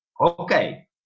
okay